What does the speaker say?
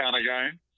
again